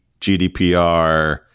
GDPR